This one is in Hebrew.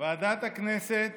ועדת הכנסת